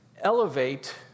elevate